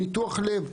ניתוח לב,